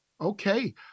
Okay